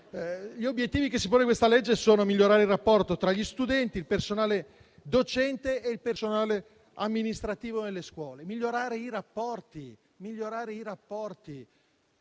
Gli obiettivi che si pone questa legge sono quelli di migliorare il rapporto tra gli studenti, il personale docente e il personale amministrativo delle scuole. Migliorare i rapporti,